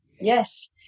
yes